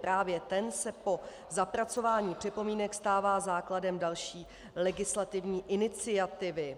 Právě ten se po zapracování připomínek stává základem další legislativní iniciativy.